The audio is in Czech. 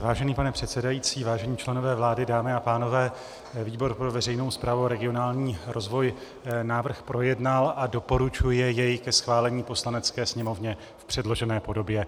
Vážený pane předsedající, vážení členové vlády, dámy a pánové, výbor pro veřejnou správu a regionální rozvoj návrh projednal a doporučuje jej ke schválení Poslanecké sněmovně v předložené podobě.